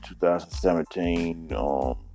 2017